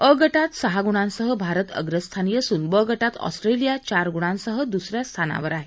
अ गटात सहा गुणांसह भार अग्रस्थानी असून ब गटात ऑस्ट्रेलिया चार गुणांसह दुस या स्थानावर राहिला आहे